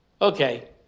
Okay